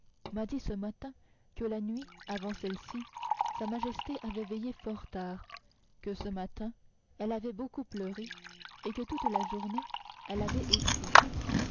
m'a dit ce matin que la nuit avant celle-ci sa majesté avait veillé fort tard que ce matin elle avait beaucoup pleuré et que toute la journée elle avait écrit